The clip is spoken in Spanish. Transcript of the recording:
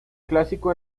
clásico